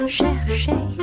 chercher